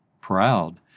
proud